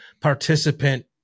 participant